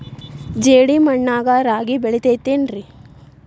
ಜೇಡಿ ಮಣ್ಣಾಗ ರಾಗಿ ಬೆಳಿತೈತೇನ್ರಿ?